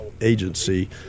Agency